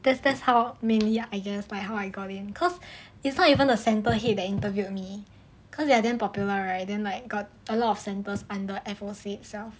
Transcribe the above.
that's that's how mainly I guess how how I got in cause it's not even a centre head that interviewed me cause they are damn popular right then like got like a lot of centres under F_O_C itself